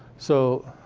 so.